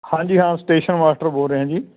ਹਾਂਜੀ ਹਾਂ station master ਬੋਲ ਰਿਹਾ ਜੀ